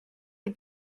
est